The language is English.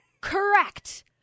Correct